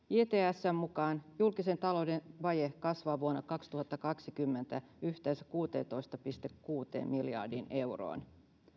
jtsn mukaan julkisen talouden vaje kasvaa vuonna kaksituhattakaksikymmentä yhteensä kuuteentoista pilkku kuuteen miljardiin euroon